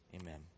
Amen